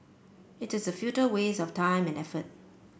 it is a futile waste of time and effort